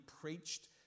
preached